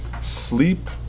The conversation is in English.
Sleep